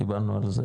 דיברנו על זה